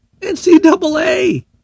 NCAA